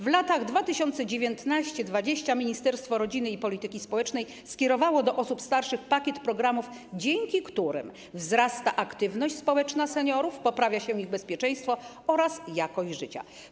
W latach 2019-2020 Ministerstwo Rodziny i Polityki Społecznej skierowało do osób starszych pakiet programów, dzięki którym wzrasta aktywność społeczna seniorów, poprawia się ich bezpieczeństwo oraz jakość życia.